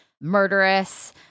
murderous